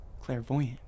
Clairvoyant